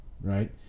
right